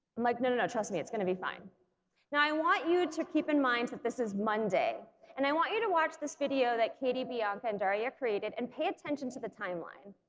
like no no no, trust me it's gonna be fine now i want you to keep in mind that this is monday and i want you to watch this video that katie, bianca and daria created and pay attention to the timeline